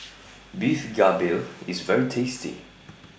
Beef Galbi IS very tasty